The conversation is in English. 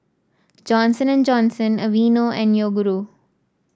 Johnson And Johnson Aveeno and Yoguru